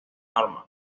normal